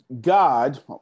God